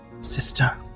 sister